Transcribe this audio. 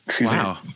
Wow